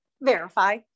verify